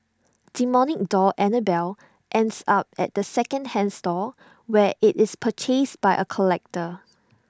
demonic doll Annabelle ends up at the second hand store where IT is purchased by A collector